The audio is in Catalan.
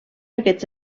aquests